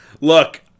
Look